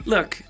Look